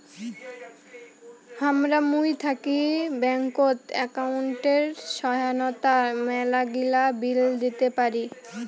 হামরা মুই থাকি ব্যাঙ্কত একাউন্টের সহায়তায় মেলাগিলা বিল দিতে পারি